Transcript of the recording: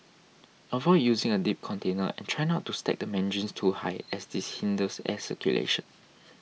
avoid using a deep container try not to stack the mandarins too high as this hinders air circulation